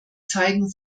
zeigen